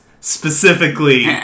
specifically